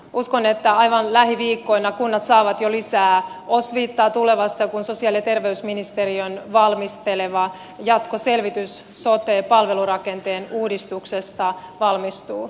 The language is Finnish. uskon että aivan lähiviikkoina kunnat saavat jo lisää osviittaa tulevasta kun sosiaali ja terveysministeriön valmisteleva jatkoselvitys sote palvelurakenteen uudistuksesta valmistuu